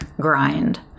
grind